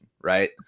right